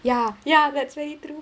ya ya that's very true